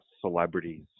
celebrities